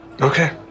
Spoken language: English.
Okay